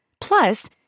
Plus